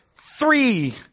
Three